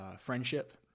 friendship